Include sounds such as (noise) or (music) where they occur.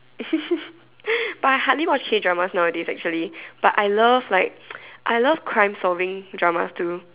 (laughs) but I hardly watch K-dramas nowadays actually but I love like I love crime solving dramas too